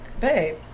babe